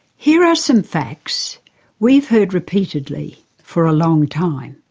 here are some facts we've heard repeatedly for a long time.